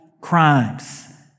crimes